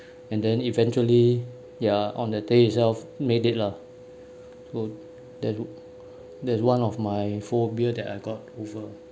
and then eventually yeah on the day itself made it lah so then that's one of my phobia that I got over